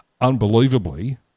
unbelievably